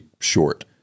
short